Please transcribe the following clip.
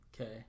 Okay